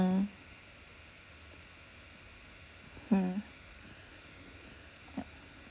mm mm yup